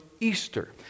Easter